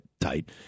tight